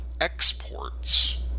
exports